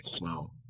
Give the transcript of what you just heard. Wow